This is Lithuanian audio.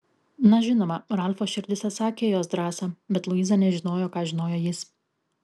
na žinoma ralfo širdis atsakė į jos drąsą bet luiza nežinojo ką žinojo jis